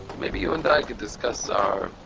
maybe you and i could discuss our.